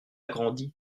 grandi